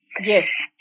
Yes